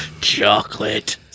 Chocolate